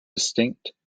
distinctively